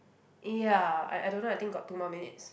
ya I I don't know I think got two more minutes